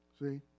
See